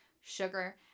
sugar